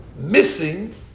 missing